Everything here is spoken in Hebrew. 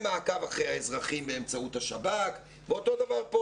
למעקב אחרי האזרחים באמצעות השב"כ ואותו הדבר כאן.